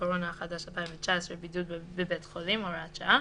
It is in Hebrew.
הקורונה החדש 2019) (בידוד בבית חולים) (הוראת שעה),